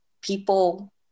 people